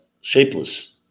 shapeless